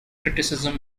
criticism